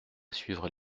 suivre